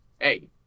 hey